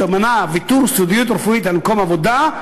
זה מנע ויתור על סודיות רפואית למקום העבודה,